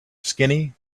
skinny